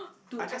I just